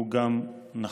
הוא גם נכון: